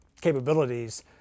capabilities